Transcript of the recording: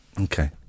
Okay